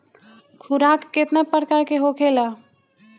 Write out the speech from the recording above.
खुराक केतना प्रकार के होखेला?